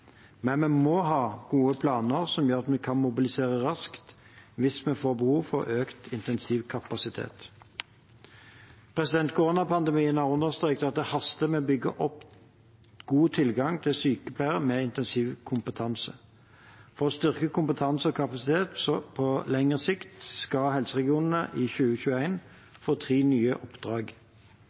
Men vi må ha gode planer som gjør at vi kan mobilisere raskt hvis vi får behov for økt intensivkapasitet. Koronapandemien har understreket at det haster med å bygge opp god tilgang til sykepleiere med intensivkompetanse. For å styrke kompetanse og kapasitet på lengre sikt skal helseregionene i 2021 få tre nye oppdrag: